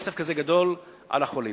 כסף כזה גדול, על החולים.